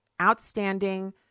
outstanding